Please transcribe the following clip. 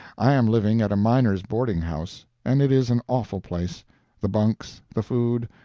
i am living at a miner's boarding-house, and it is an awful place the bunks, the food,